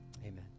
amen